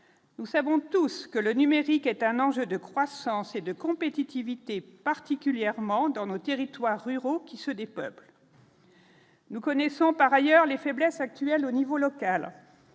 Nous savons tous que le numérique est un enjeu de croissance et de compétitivité, particulièrement dans nos territoires ruraux qui se dépeuplent. Nous connaissons par ailleurs les faiblesses actuelles au niveau local,